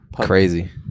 Crazy